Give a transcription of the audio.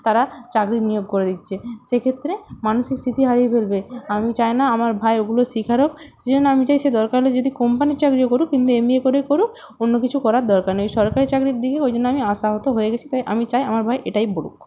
তারা চাকরির নিয়োগ করে দিচ্ছে সেক্ষেত্রে মানসিক স্থিতি হারিয়ে ফেলবে আমি চাই না আমার ভাই ওগুলোর শিকার হোক সেজন্য আমি চাই সে দরকার হলে যদি কোম্পানির চাকরিও করুক কিন্তু এম বি এ করেই করুক অন্য কিছু করার দরকার নেই ওই সরকারি চাকরির দিকে ওই জন্য আমি আশাহত হয়ে গেছি তাই আমি চাই আমার ভাই এটাই পড়ুক